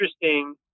interesting